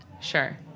Sure